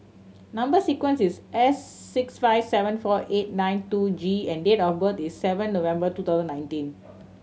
number sequence is S six five seven four eight nine two G and date of birth is seven November two thousand nineteen